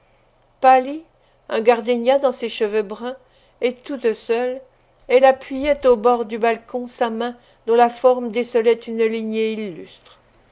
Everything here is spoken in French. un gardenia dans ses cheveux bruns et toute seule elle appuyait au bord du balcon sa main dont la forme décelait une lignée illustre